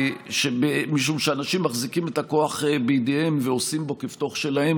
משום שאנשים מחזיקים את הכוח בידיהם ועושים בו כבתוך שלהם,